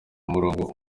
umurongo